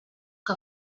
que